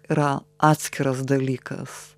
yra atskiras dalykas